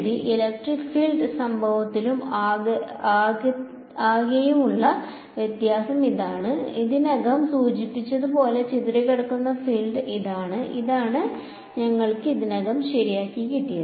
അതിനാൽ electric field സംഭവത്തിലും ആകെത്തിലുമുള്ള വ്യത്യാസം ഇതാണ് ഞാൻ ഇതിനകം സൂചിപ്പിച്ചതുപോലെ ചിതറിക്കിടക്കുന്ന ഫീൽഡ് ഇതാണ് ഇതാണ് ഞങ്ങൾക്ക് ഇതിനകം ശരിയാക്കിയത്